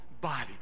body